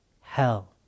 hell